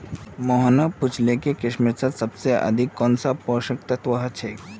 मोहन ने पूछले कि किशमिशत सबसे अधिक कुंन सा पोषक तत्व ह छे